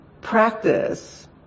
practice